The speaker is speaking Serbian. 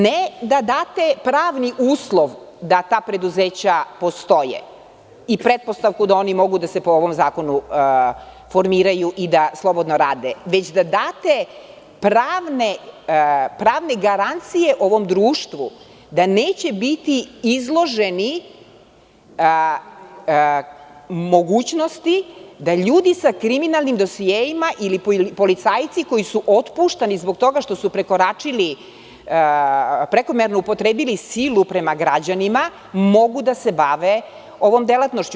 Ne da date pravni uslov da ta preduzeća postoje i pretpostavku da oni mogu da se po ovom zakonu formiraju i da slobodno rade, već da date pravne garancije ovom društvu da neće biti izloženi mogućnosti da ljudi sa kriminalnim dosijeima ili policajci koji su otpuštani zbog toga što su prekoračili, prekomerno upotrebili silu prema građanima, mogu da se bave ovom delatnošću.